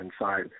inside